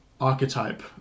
archetype